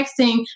texting